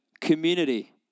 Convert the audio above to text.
community